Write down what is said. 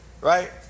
right